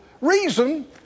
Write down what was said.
reason